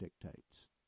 dictates